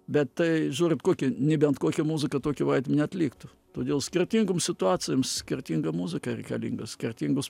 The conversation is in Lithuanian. bet tai žiūrit kokį ne bent kokia muzika tokį vaidmenį atliktų todėl skirtingom situacijom skirtinga muzika reikalinga skirtingus